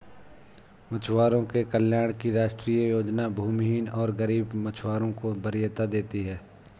मछुआरों के कल्याण की राष्ट्रीय योजना भूमिहीन और गरीब मछुआरों को वरीयता देती है